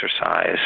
exercise